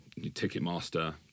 Ticketmaster